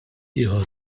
ieħor